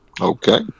Okay